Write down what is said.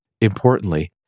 Importantly